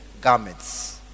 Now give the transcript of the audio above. garments